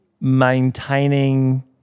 maintaining